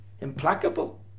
implacable